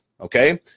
okay